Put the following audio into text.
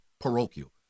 parochial